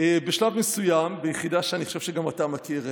בשלב מסוים, ביחידה שאני חושב שגם אתה מכיר,